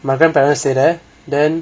my grandparents stay there